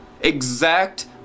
exact